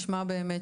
כי נשמע שבאמת